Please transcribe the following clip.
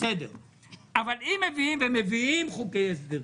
אבל אם מביאים,